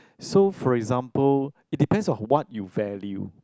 so for example it depends on what you value